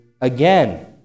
again